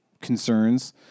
concerns